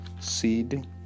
seed